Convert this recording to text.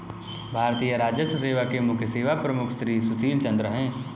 भारतीय राजस्व सेवा के मुख्य सेवा प्रमुख श्री सुशील चंद्र हैं